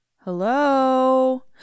Hello